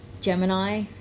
Gemini